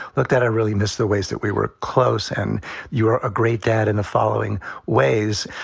look, that i really miss the ways that we were close and you're a great dad in the following ways,